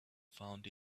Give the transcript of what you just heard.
found